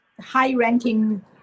high-ranking